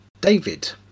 david